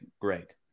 great